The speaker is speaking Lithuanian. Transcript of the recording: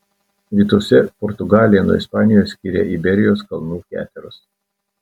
rytuose portugaliją nuo ispanijos skiria iberijos kalnų keteros